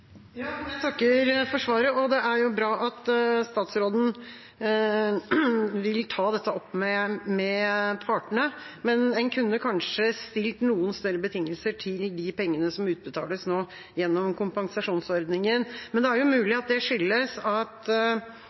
Jeg takker for svaret, og det er bra at statsråden vil ta dette opp med partene. En kunne kanskje stilt noe større betingelser til de pengene som utbetales nå gjennom kompensasjonsordningen, men det er jo mulig at det skyldes at